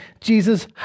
Jesus